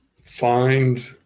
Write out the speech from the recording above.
find